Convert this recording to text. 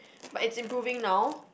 but it's improving now